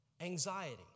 Anxiety